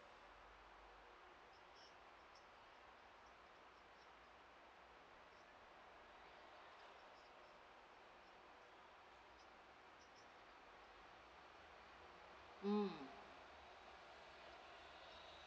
mm